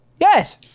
Yes